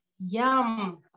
Yum